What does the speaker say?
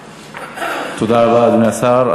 תודה רבה, אדוני השר.